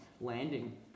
landing